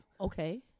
Okay